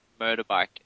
motorbike